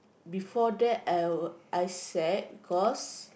before that I I sad because